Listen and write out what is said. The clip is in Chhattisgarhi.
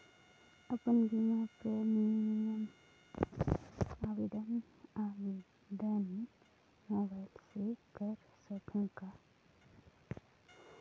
अपन बीमा प्रीमियम आवेदन आवेदन मोबाइल से कर सकहुं का?